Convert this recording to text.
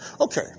Okay